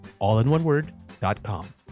allinoneword.com